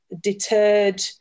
deterred